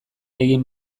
egin